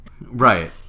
Right